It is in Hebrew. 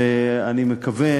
ואני מקווה